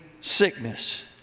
sickness